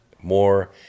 more